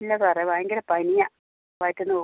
ഇല്ല സാറേ ഭയങ്കര പനിയാണ് വയറ്റിൽ നിന്ന് പോക്കും